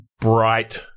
bright